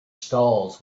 stalls